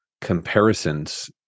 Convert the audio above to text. comparisons